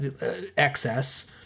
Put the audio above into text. excess